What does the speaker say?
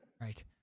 Right